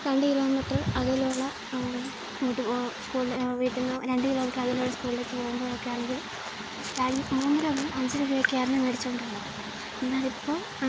രണ്ട് കിലോമീറ്റർ അകലെയുള്ള സ്കൂളില് വീട്ടിന്ന് രണ്ട് കിലോമീറ്റർ അകലെയുള്ള സ്കൂളിലേക്ക് പോകുമ്പോഴൊക്കെ ആണെങ്കിൽ മൂന്ന് രൂപയും അഞ്ച് രൂപയുമൊക്കെ ആയിരുന്നു മേടിച്ചു കൊണ്ടിരുന്നത് എന്നാൽ ഇപ്പോൾ